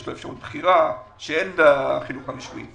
יש לו אפשרות בחירה שאין בחינוך הרשמי.